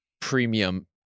premium